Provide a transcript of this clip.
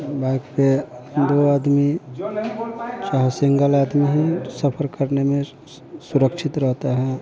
bike पर दो आदमी चाहे सिंगल आदमी है सफर करने में सुरक्षित रहता है